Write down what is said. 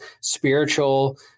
spiritual